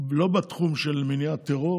לא בתחום של מניעת טרור